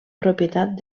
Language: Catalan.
propietat